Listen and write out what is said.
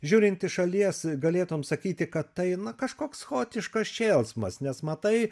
žiūrint iš šalies galėtum sakyti kad tai kažkoks chaotiškas šėlsmas nes matai